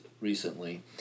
recently